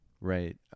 Right